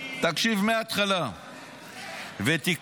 תקשיב מההתחלה ותקרא.